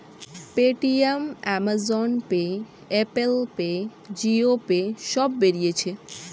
Paytm, Amazon pay, Apple pay, Jio pay সব বেরিয়েছে